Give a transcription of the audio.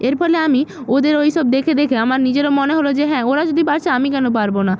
এর ফলে আমি ওদের ওই সব দেখে দেখে আমার নিজেরও মনে হল যে হ্যাঁ ওরা যদি পারছে আমি কেন পারব না